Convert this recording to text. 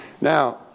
Now